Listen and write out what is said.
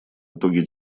итоги